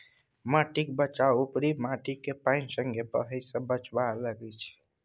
माटिक बचाउ उपरी माटिकेँ पानि संगे बहय सँ बचाएब छै